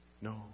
No